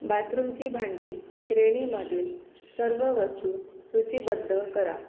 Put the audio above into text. collagen अठरा जनुक chromosome एकवीसवर स्थित आहे